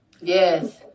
yes